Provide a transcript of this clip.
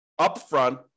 upfront